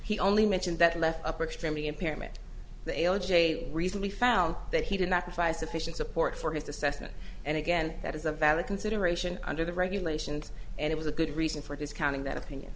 only mentioned that left upper extremity impairment the l j recently found that he did not provide sufficient support for his assessment and again that is a valid consideration under the regulations and it was a good reason for discounting that opinion